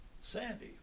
Sandy